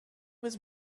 was